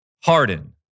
Harden